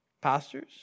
pastors